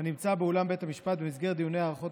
הנמצא באולם בית המשפט במסגרת דיוני הארכות